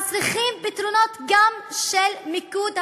אז צריכים פתרונות גם של מיקוד הבעיה.